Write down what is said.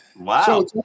wow